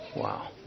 wow